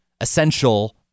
essential